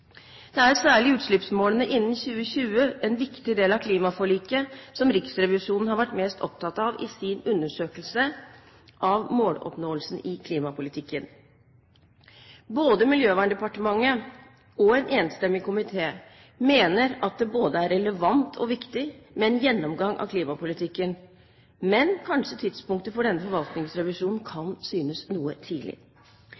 Det er særlig utslippsmålene innen 2020, en viktig del av klimaforliket, som Riksrevisjonen har vært mest opptatt av i sin undersøkelse av måloppnåelsen i klimapolitikken. Både Miljøverndepartementet og en enstemmig komité mener at det både er relevant og viktig med en gjennomgang av klimapolitikken, men kanskje tidspunktet for denne forvaltningsrevisjonen